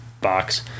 box